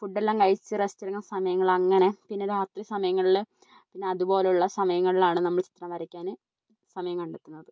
food എല്ലാം കഴിച്ച് rest എടുക്കുന്ന സമയങ്ങൾ അങ്ങനെ പിന്നെ രാത്രി സമയങ്ങളിൽ പിന്നെ അതുപോലുള്ള സമയങ്ങളിലാണ് നമ്മൾ ചിത്രം വരയ്ക്കാൻ സമയം കണ്ടെത്തുന്നത്